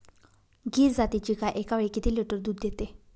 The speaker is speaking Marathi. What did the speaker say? गीर जातीची गाय एकावेळी किती लिटर दूध देते?